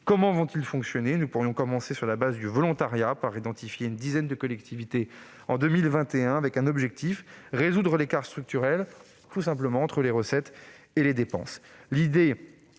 Comment fonctionneront-ils ? Nous pourrions commencer, sur la base du volontariat, par identifier une dizaine de collectivités en 2021, avec un objectif : résoudre l'écart structurel entre les recettes et les dépenses. L'idée